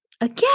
again